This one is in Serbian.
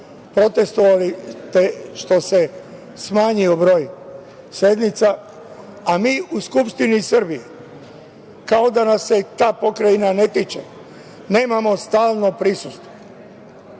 protestvovali što se smanjio broj sednica, a mi u Skupštini Srbije kao da nas se ta pokrajina ne tiče, nemamo stalno prisustvo. Želim